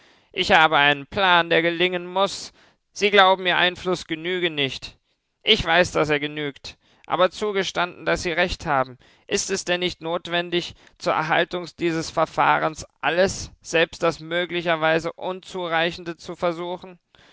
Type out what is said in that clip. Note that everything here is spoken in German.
ich habe einen plan der gelingen muß sie glauben ihr einfluß genüge nicht ich weiß daß er genügt aber zugestanden daß sie recht haben ist es denn nicht notwendig zur erhaltung dieses verfahrens alles selbst das möglicherweise unzureichende zu versuchen